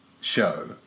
show